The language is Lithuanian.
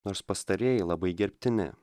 nors pastarieji labai gerbtini